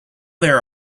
there